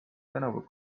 tänavu